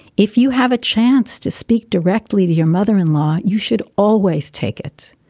if you have a chance to speak directly to your mother in law, you should always take it.